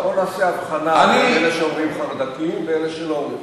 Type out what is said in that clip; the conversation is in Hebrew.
בוא נעשה הבחנה בין אלה שאומרים חרד"קים לבין אלה שלא אומרים חרד"קים.